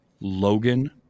Logan